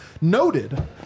Noted